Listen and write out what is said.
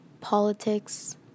politics